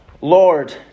Lord